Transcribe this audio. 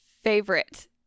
favorite